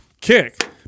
kick